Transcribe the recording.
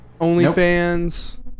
OnlyFans